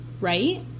right